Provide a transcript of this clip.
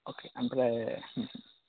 अके ओमफ्राय